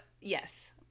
yes